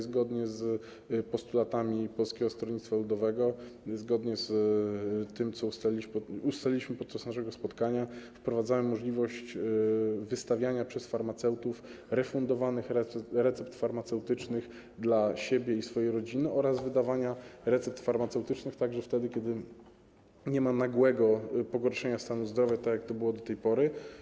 Zgodnie z postulatami Polskiego Stronnictwa Ludowego, zgodnie z tym, co ustaliliśmy podczas naszego spotkania, wprowadzamy możliwość wystawiania przez farmaceutów refundowanych recept farmaceutycznych dla siebie i swojej rodziny oraz wydawania recept farmaceutycznych także wtedy, kiedy nie ma nagłego pogorszenia stanu zdrowia, tak jak to było do tej pory.